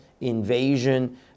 invasion